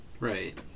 Right